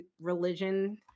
religion